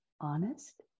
honest